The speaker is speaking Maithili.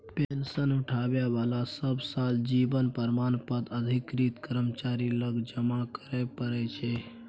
पेंशन उठाबै बलाकेँ सब साल जीबन प्रमाण पत्र अधिकृत कर्मचारी लग जमा करय परय छै